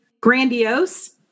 grandiose